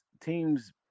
teams